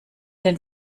den